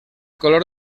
color